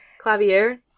Clavier